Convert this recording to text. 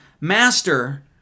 Master